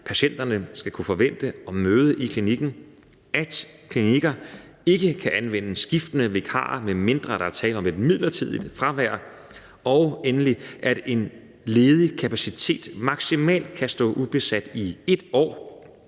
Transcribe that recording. patienterne skal kunne forvente at møde i klinikken; at klinikker ikke kan anvende skiftende vikarer, medmindre der er tale om et midlertidigt fravær; og endelig at en ledig kapacitet maksimalt kan stå ubesvaret i 1 år